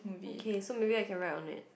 okay so maybe I can write on it